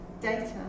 data